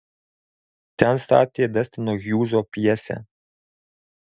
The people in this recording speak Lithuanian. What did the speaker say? ten statė dastino hjūzo pjesę